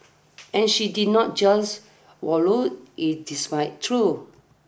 and she did not just wallow in despite though